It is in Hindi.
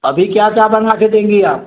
अभी क्या क्या बनवा कर देंगी आप